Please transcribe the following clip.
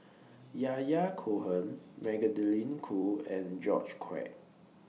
Yahya Cohen Magdalene Khoo and George Quek